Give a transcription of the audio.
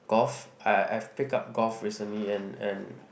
golf I I've picked up golf recently and and